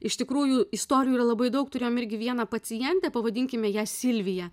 iš tikrųjų istorijų yra labai daug turėjom irgi vieną pacientę pavadinkime ją silvija